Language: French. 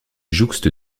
jouxte